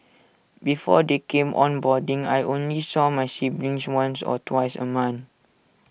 before they came on boarding I only saw my siblings once or twice A month